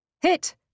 Hit